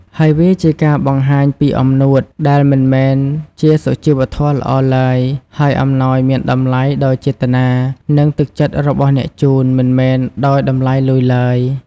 ហើយវាជាការបង្ហាញពីអំនួត ដែលមិនមែនជាសុជីវធម៌ល្អឡើយ ហើយអំណោយមានតម្លៃដោយចេតនា និងទឹកចិត្តរបស់អ្នកជូន មិនមែនដោយតម្លៃលុយឡើយ។